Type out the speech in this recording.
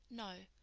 no,